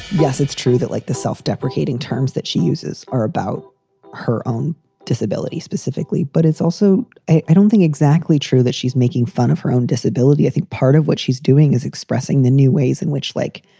yes, it's true that, like the self-deprecating terms that she uses are about her own disability specifically, but it's also i don't thing exactly true that she's making fun of her own disability. i think part of what she's doing is expressing the new ways in which like.